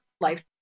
life